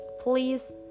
please